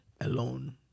alone